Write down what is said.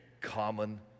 common